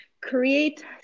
create